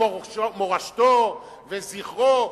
מורשתו וזכרו,